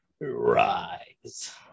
rise